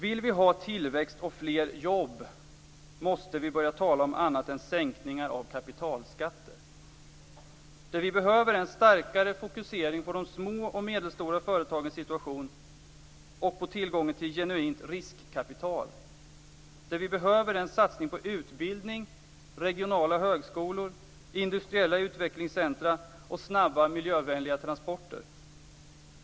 Vill vi ha tillväxt och fler jobb, måste vi börja tala om annat än sänkningar av kapitalskatter. Det vi behöver är en starkare fokusering på de små och medelstora företagens situation och på tillgången till genuint riskkapital. Det vi behöver är en satsning på utbildning, regionala högskolor, industriella utvecklingscentrum och snabba och miljövänliga transporter.